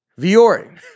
Viore